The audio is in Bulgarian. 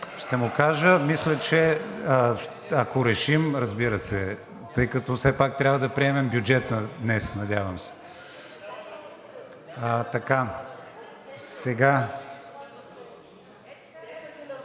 Ще му кажа. Мисля, че ако решим, разбира се, тъй като все пак трябва да приемем бюджета днес, надявам се.